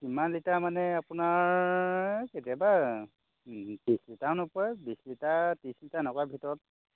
কিমান লিটাৰ মানে আপোনাৰ কেতিয়াবা ত্ৰিছ লিটাৰ নকৰে বিছ লিটাৰ ত্ৰিছ লিটাৰ এনেকুৱা ভিতৰত